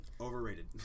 Overrated